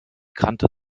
kante